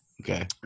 Okay